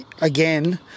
again